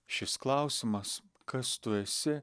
šis klausimas kas tu esi